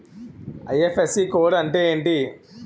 IFSC code అంటే ఏంటి?